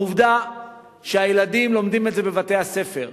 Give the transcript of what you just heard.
העובדה שהילדים לומדים את זה בבתי-הספר